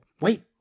Wait